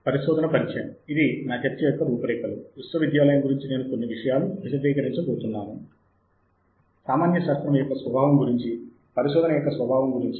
రాబోయే మూడు మాడ్యూళ్ళలో సాహిత్య శోధన గురించి వివరించ బోతున్నాను ప్రతి మాడ్యూల్ సుమారు ఇరవై నిమిషాల వరకు ఉంటుంది